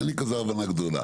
אין לי כזאת הבנה גדולה.